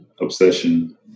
obsession